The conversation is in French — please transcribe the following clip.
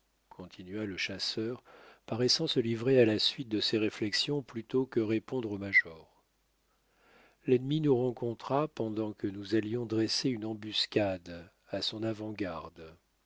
continua le chasseur paraissant se livrer à la suite de ses réflexions plutôt que répondre au major l'ennemi nous rencontra pendant que nous allions dresser une embuscade à son avant-garde